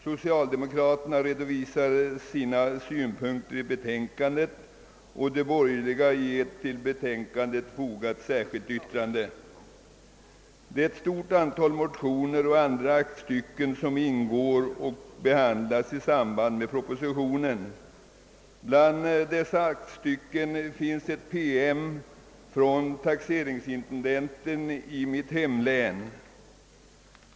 Socialdemokraterna redovisar sina synpunkter i betänkandet och de borgerliga sina i två till betänkandet fogade särskilda yttranden. Det är ett stort antal motioner och andra aktstycken som behandlats i samband med propositionen. Bland dessa aktstycken finns en PM från taxeringsintendenten i mitt hemlän.